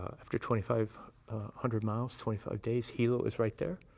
after twenty-five hundred miles, twenty-five days, hilo is right there?